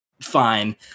fine